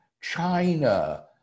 China